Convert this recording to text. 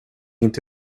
inte